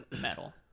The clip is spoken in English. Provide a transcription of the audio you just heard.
metal